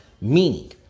Meaning